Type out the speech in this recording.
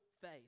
faith